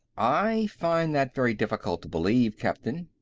i find that very difficult to believe, captain.